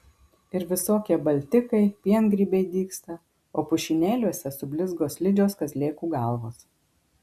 ir visokie baltikai piengrybiai dygsta o pušynėliuose sublizgo slidžios kazlėkų galvos